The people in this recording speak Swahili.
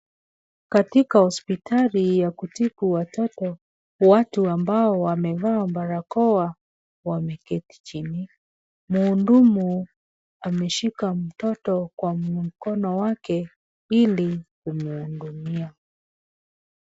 Katika hospitali ya kutibu watoto, watu ambao wamevaa barakoa wameketi chini, muhudumu ameshika mtoto kwa mkono wake ili kumhudumia.